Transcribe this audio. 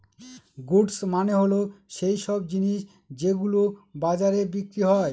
goods মানে হল সৈইসব জিনিস যেগুলো বাজারে বিক্রি হয়